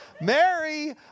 Mary